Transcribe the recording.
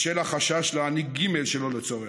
בשל החשש להעניק גימל שלא לצורך.